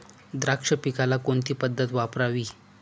द्राक्ष पिकाला कोणती पद्धत वापरावी?